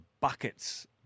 buckets